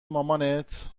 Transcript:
مامانت